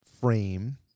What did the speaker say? frame